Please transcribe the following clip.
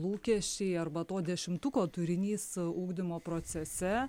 lūkesčiai arba to dešimtuko turinys ugdymo procese